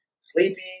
sleepy